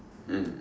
mm